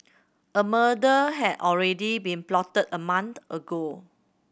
a murder had already been plotted a month ago